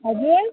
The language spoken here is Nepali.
हजुर